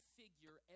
figure